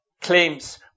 claims